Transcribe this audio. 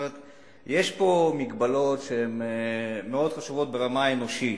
יש פה מגבלות שהן מאוד חשובות ברמה האנושית.